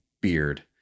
beard